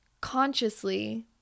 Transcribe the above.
consciously